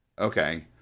Okay